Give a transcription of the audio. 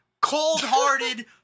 cold-hearted